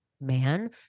man